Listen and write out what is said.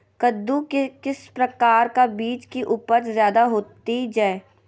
कददु के किस प्रकार का बीज की उपज जायदा होती जय?